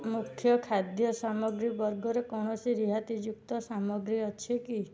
ମୁଖ୍ୟ ଖାଦ୍ୟ ସାମଗ୍ରୀ ବର୍ଗରେ କୌଣସି ରିହାତିଯୁକ୍ତ ସାମଗ୍ରୀ ଅଛି କି